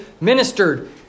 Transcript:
ministered